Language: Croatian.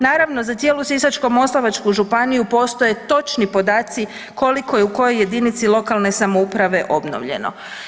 Naravno za cijelu Sisačko-moslavačku županiju postoje točni podaci koliko je u kojoj jedinici lokalne samouprave obnovljeno.